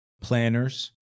planners